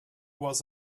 was